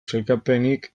sailkapenik